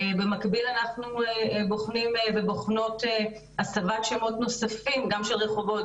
במקביל אנחנו בוחנים ובוחנות הסבת שמות נוספים גם של רחובות,